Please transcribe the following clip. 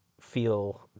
feel